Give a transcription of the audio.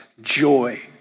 Joy